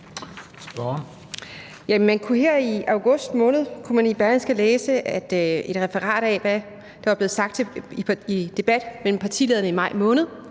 i august måned i Berlingske læse et referat af, hvad der var blevet sagt i en debat mellem partilederne i maj måned,